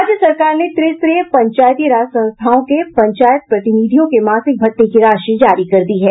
राज्य सरकार ने त्रिस्तरीय पंचायती राज संस्थाओं के पंचायत प्रतिनिधियों के मासिक भत्ते की राशि जारी कर दी है